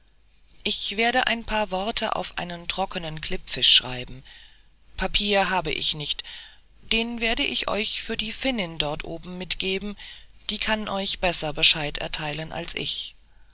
ich werde ein paar worte auf einen trockenen klippfisch schreiben papier habe ich nicht den werde ich euch für die finnin dort oben mitgeben die kann euch besser bescheid erteilen als ich